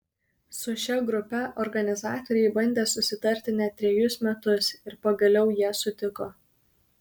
su šia grupe organizatoriai bandė susitarti net trejus metus ir pagaliau jie sutiko